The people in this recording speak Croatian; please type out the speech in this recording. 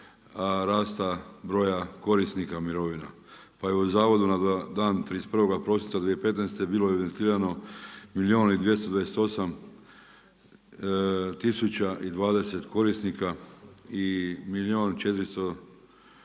rasta broja korisnika mirovina. Pa je u zavodu na dan 31. prosinca 2015. bilo evidentirano milijun i 228 tisuća i 20